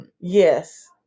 yes